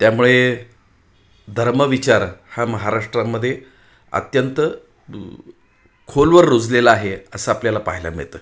त्यामुळे धर्मविचार हा महाराष्ट्रामध्ये अत्यंत खोलवर रुजलेला आहे असं आपल्याला पाहायला मिळतं